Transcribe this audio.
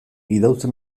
idauze